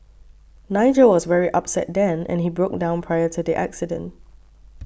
Nigel was very upset then and he broke down prior to the accident